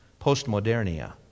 Postmodernia